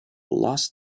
lost